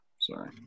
sorry